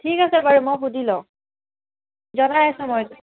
ঠিক আছে বাৰু মই সুধি লওঁ জনাই আছোঁ মই তোক